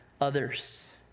others